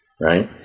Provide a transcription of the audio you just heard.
Right